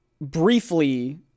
briefly